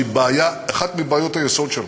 שהיא אחת מבעיות היסוד שלנו,